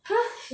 !huh!